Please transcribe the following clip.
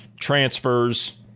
transfers